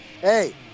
Hey